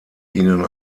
ihnen